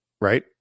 right